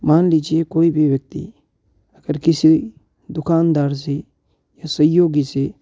मान लीजिए कोई भी व्यक्ति अगर किसी दुकानदार से या सहयोगी से